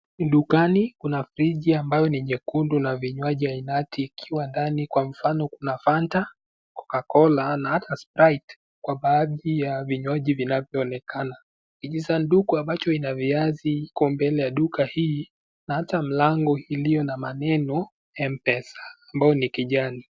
Dukani kuna friji ambayo ni nyekundu na vinywaji ainati ikiwa ndani kwa mfano kuna fanta, Coca-Cola na hata sprite kwa baadhi ya vinywaji vinavyo onekana, kijisanduku ambacho ina viazi iko mbele ya duka hii na hata mlango iliyo na maneno mpesa ambayo ni kijani